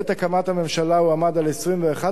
בעת הקמת הממשלה הוא עמד על 21%,